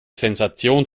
sensation